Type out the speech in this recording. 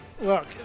look